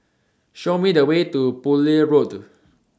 Show Me The Way to Poole Road